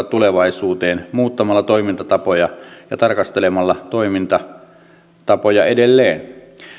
tulevaisuuteen muuttamalla toimintatapoja ja tarkastelemalla toimintatapoja edelleen